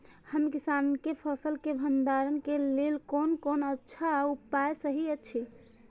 हम किसानके फसल के भंडारण के लेल कोन कोन अच्छा उपाय सहि अछि?